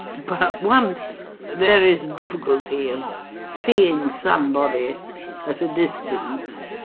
but once there is difficulty of seeing somebody at a distance,